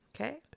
Okay